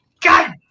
God